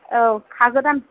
औ खागोदान